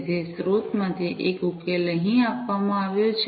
તેથી સ્ત્રોતમાંથી એક ઉકેલ અહીં આપવામાં આવ્યો છે